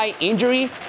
injury